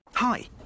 Hi